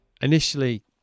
Initially